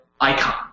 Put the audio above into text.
icon